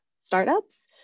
startups